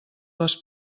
les